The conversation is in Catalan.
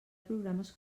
programes